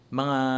mga